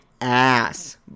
ass